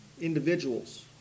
individuals